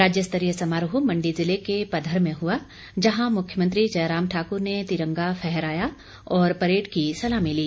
राज्यस्तरीय समारोह मंडी जिले के पधर में हुआ जहां मुख्यमंत्री जयराम ठाकुर ने तिरंगा फहराया और परेड की सलामी ली